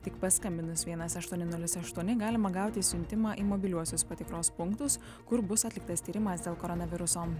tik paskambinus vienas aštuoni nulis aštuoni galima gauti siuntimą į mobiliuosius patikros punktus kur bus atliktas tyrimas dėl koronaviruso